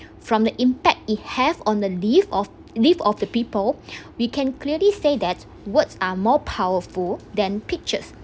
from the impact you have on the live of live of the people we can clearly say that words are more powerful than pictures